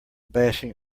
bashing